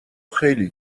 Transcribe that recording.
خیلی